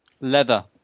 Leather